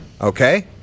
okay